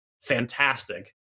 fantastic